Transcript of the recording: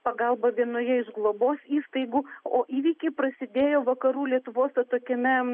pagalba vienoje iš globos įstaigų o įvykiai prasidėjo vakarų lietuvos atokiame